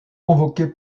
convoqué